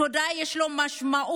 לתודעה יש משמעות.